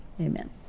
Amen